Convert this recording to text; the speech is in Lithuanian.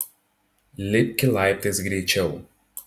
lipki laiptais greičiau